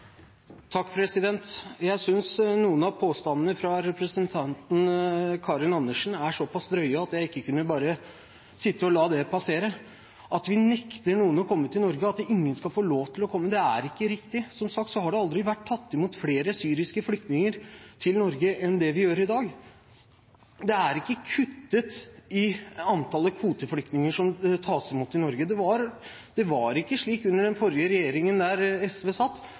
såpass drøye at jeg ikke bare kan sitte og la det passere. At vi nekter noen å komme til Norge, og at ingen skal få lov til å komme, er ikke riktig. Som sagt har det aldri vært tatt imot flere syriske flyktninger i Norge enn det blir i dag. Det er ikke kuttet i antallet kvoteflyktninger som tas imot i Norge. Det var ikke slik under den forrige regjeringen, der SV